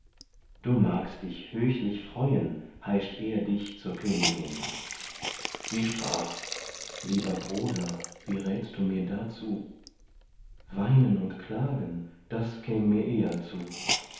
du magst dich höchlich freuen heischt er dich zur königin sie sprach lieber bruder wie rätst du mir dazu weinen und klagen das käm mir eher zu